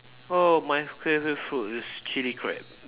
oh my favourite food is chili crab